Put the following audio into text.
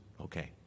Okay